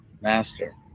master